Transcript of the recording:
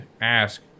ask